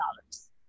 dollars